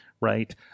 right